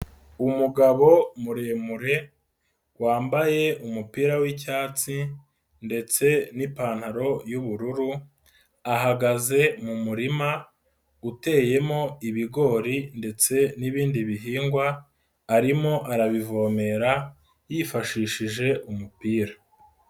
Umugabo muremure wambaye umupira w'icyatsi ndetse n'ipantaro y'ubururu ahagaze mu murima uteyemo ibigori ndetse n'bindi bihingwa arimo arabivomerera yifashishije umupira.